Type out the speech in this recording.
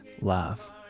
love